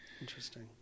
Interesting